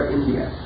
India